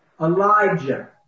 Elijah